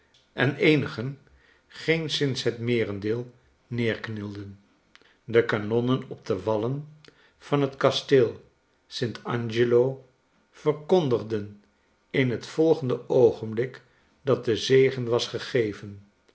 en eenigen geenszinshet meerendeel neerknielden de kanonnen op de wallen van het kasteel st angelo verkondigden in het volgende oogenblik dat de zegen was gegeven